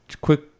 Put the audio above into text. quick